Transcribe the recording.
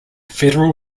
federal